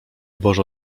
boże